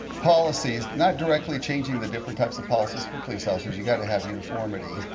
policies not directly changing the different types of policies for police officers. you've got to have uniformity.